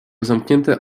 zamknięte